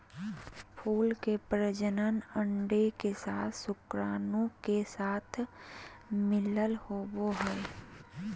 फूल के प्रजनन अंडे के साथ शुक्राणु के साथ मिलला होबो हइ